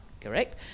correct